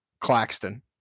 claxton